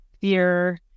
fear